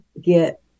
get